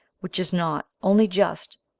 which is not only just,